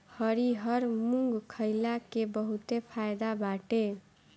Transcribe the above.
हरिहर मुंग खईला के बहुते फायदा बाटे